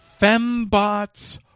FemBots